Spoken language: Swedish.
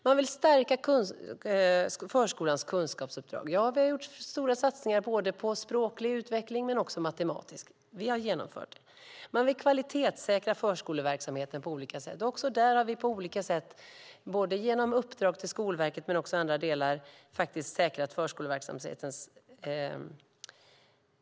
Man vill stärka förskolans kunskapsuppdrag. Vi har gjort stora satsningar både på språklig utveckling och på matematisk. Vi har genomfört det. Man vill kvalitetssäkra förskoleverksamheten på olika sätt. Också där har vi på olika sätt både genom uppdrag till Skolverket och i andra delar säkrat förskoleverksamheten.